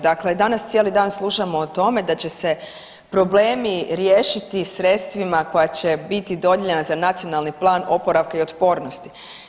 Dakle danas cijeli dan slušamo o tome da će se problemi riješiti sredstvima koja će biti dodijeljena za Nacionalni plan oporavka i otpornosti.